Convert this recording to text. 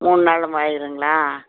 மூணாளும் ஆயிடுங்களா